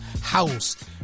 house